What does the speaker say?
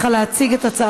תודה